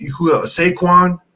Saquon